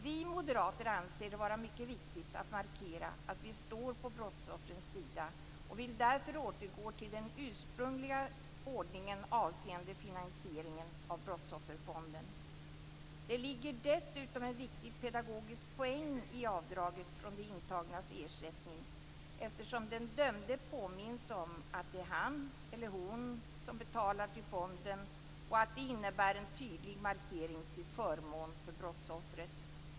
Vi moderater anser det vara mycket viktigt att markera att vi står på brottsoffrens sida, och vi vill därför återgå till den ursprungliga ordningen avseende finansieringen av Brottsofferfonden. Det ligger dessutom en viktig pedagogisk poäng i avdraget från de intagnas ersättning, eftersom den dömde påminns om att det han eller hon betalar till fonden och att det innebär en tydlig markering till förmån för brottsoffret.